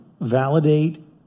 validate